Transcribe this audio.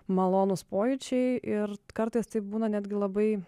malonūs pojūčiai ir kartais tai būna netgi labai